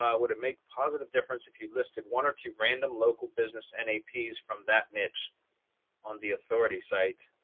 um would it make positive difference if you listed one or two random local business and a piece from that niche on the authority site?